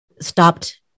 stopped